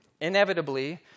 inevitably